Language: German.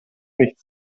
nicht